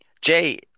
Jay